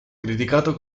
criticato